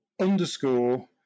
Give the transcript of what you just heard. underscore